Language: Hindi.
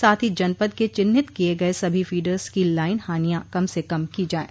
साथ ही जनपद के चिन्हित किये गये सभी फीडर्स की लाइन हानियां कम से कम की जाये